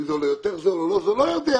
אם זה עולה יותר זול או לא, לא יודע.